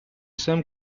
same